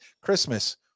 Christmas